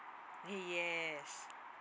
eh yes